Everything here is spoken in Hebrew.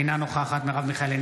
אינה נוכחת מרב מיכאלי,